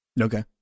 Okay